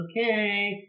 okay